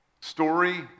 story